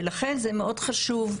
ולכן זה מאוד חשוב,